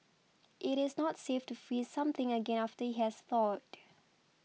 it is not safe to freeze something again after it has thawed